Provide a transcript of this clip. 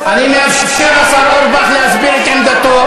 אני מאפשר לשר אורבך להסביר את עמדתו,